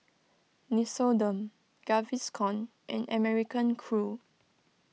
Nixoderm Gaviscon and American Crew